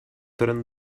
tren